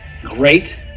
great